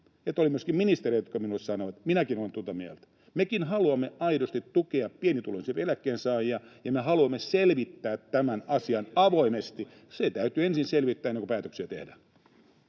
että oli myöskin ministereitä, jotka minulle sanoivat: ”Minäkin olen tuota mieltä.” Mekin haluamme aidosti tukea pienituloisimpia eläkkeensaajia, ja me haluamme selvittää tämän asian avoimesti. [Timo Heinonen: Ei se selvitys teitä